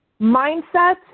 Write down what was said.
Mindset